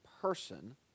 person